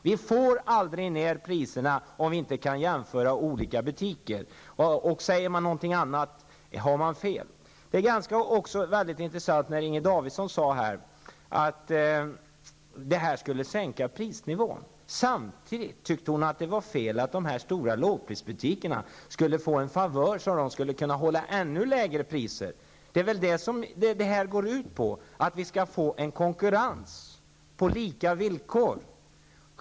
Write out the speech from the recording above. Vi får aldrig ner priserna om vi inte kan jämföra priserna i olika butiker. Den som säger någonting annat har fel. Inger Davidson sade att den nya lagen skulle leda till en sänkning av prisnivån. Samtidigt tyckte hon att det var fel att de stora lågprisbutikerna skulle få en favör, så att de skulle kunna hålla ännu lägre priser. Det är väl det det går ut på, att vi skall få en konkurrens på lika villkor.